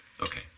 Okay